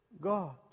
God